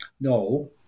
no